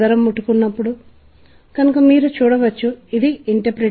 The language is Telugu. పాటకు దాని స్వంత శ్రుతి ఉంది కానీ తబలాకు మరింత ఆవర్తన ఖచ్చితమైన లయ శబ్దాల ఆవర్తన ఉంటుంది